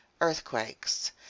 earthquakes